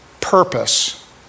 purpose